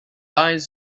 eyes